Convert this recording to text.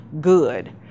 good